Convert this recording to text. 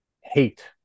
hate